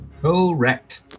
Correct